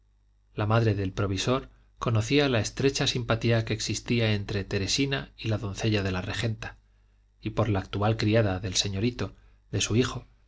la madre del provisor conocía la estrecha simpatía que existía entre teresina y la doncella de la regenta y por la actual criada del señorito de su hijo